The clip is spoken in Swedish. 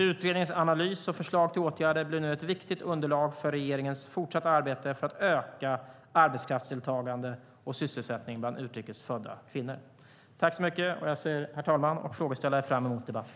Utredningens analys och förslag till åtgärder blir nu ett viktigt underlag för regeringens fortsatta arbete för att öka arbetskraftsdeltagande och sysselsättningen bland utrikes födda kvinnor. Jag ser fram emot debatten med frågeställaren.